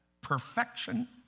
perfection